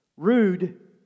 Rude